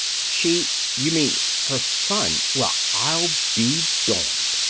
she you mean her son! well i'll be darned!